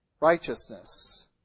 righteousness